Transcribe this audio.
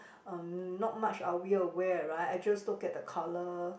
um not much are we aware right I just look at the colour